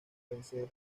vencer